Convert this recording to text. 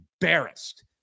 embarrassed